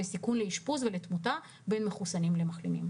בסיכון לאשפוז ולתמותה בין מחוסנים למחלימים.